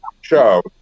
show